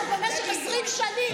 שבמשך 20 שנים,